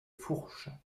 fourches